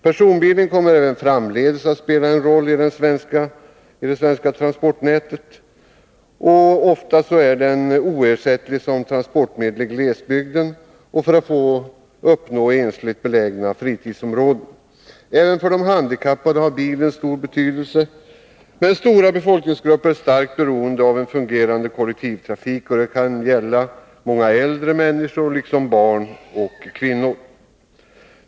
Personbilen kommer även framledes att spela en roll i det svenska transportnätet. Den är ofta oersättlig som transportmedel i glesbygden och för att nå ensligt belägna fritidsområden. Även för de handikappade har bilen stor betydelse. Men stora befolkningsgrupper är starkt beroende av en fungerande kollektivtrafik. Det kan gälla många äldre människor liksom barn och kvinnor.